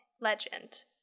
legend